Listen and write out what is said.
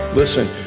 Listen